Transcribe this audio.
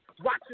Watch